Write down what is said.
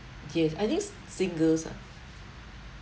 yes I think singles ah